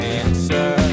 answer